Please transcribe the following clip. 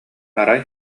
арай